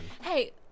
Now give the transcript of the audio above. Hey